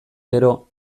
gero